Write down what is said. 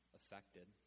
affected